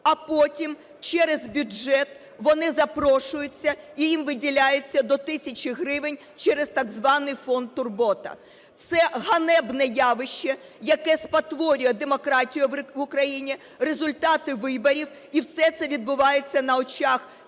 а потім через бюджет вони запрошуються і їм виділяється до тисячі гривень через так званий фонд "Турбота". Це ганебне явище, яке спотворює демократію в Україні, результати виборів, і все це відбувається на очах